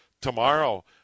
tomorrow